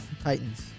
Titans